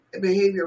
behavior